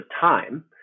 time